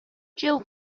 jill